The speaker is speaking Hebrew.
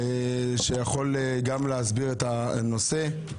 שיכול גם להסביר את הנושא.